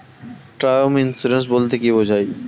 Term insurance বলতে কী বোঝায়?